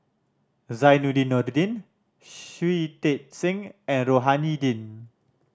Zainudin Nordin Shui Tit Sing and Rohani Din